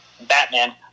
Batman